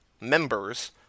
members